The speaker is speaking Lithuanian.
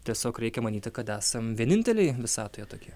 tiesiog reikia manyti kad esam vieninteliai visatoje tokie